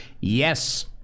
Yes